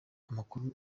amakuru